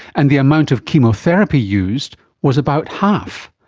and the amount of chemotherapy used was about half,